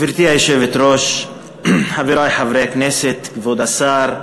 גברתי היושבת-ראש, חברי חברי הכנסת, כבוד השר,